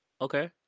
okay